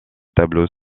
tableaux